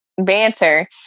banter